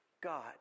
God